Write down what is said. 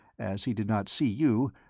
as he did not see you,